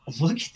Look